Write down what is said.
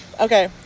okay